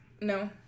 No